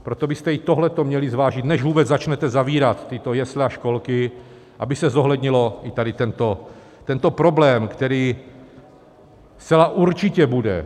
Proto byste i toto měli zvážit, než vůbec začnete zavírat tyto jesle a školky, aby se zohlednil i tento problém, který zcela určitě bude.